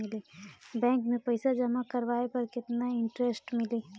Bank में पईसा जमा करवाये पर केतना इन्टरेस्ट मिली?